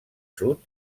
sud